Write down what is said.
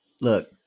Look